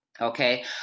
Okay